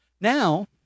Now